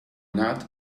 not